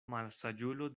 malsaĝulo